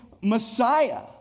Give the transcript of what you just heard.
Messiah